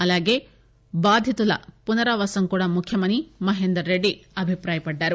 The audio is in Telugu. అలాగే బాధితుల పునరావాసం కూడా ముఖ్యమని మహేందర్ రెడ్డి అభిప్రాయపడ్డారు